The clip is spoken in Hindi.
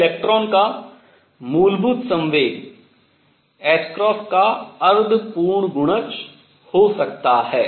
या इलेक्ट्रॉन का मूलभूत संवेग ℏ का अर्ध पूर्ण गुणज हो सकता है